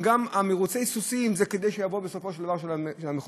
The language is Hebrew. גם מירוצי הסוסים זה כדי שיבואו בסופו של דבר אל המכונות.